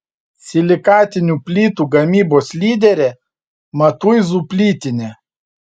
silikatinių plytų gamybos lyderė matuizų plytinė